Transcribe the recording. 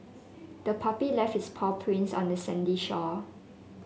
the puppy left its paw prints on the sandy shore